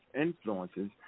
influences